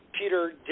peter